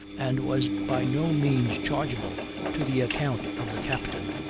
and was by no means chargeable to the account of the captain.